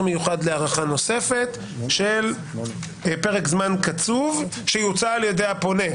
מיוחד להארכה נוספת של פרק זמן קצוב שיוצע על ידי הפונה.